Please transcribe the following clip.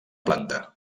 planta